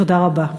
תודה רבה.